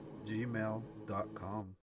gmail.com